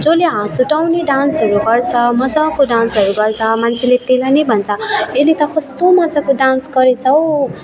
जसले हाँस उठाउने डान्सहरू गर्छ मजाको डान्सहरू गर्छ मान्छेले त्यसलाई नै भन्छ यसले त कस्तो मजाको डान्स गरेको छ हौ